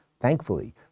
thankfully